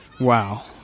Wow